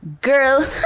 Girl